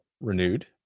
renewed